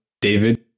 David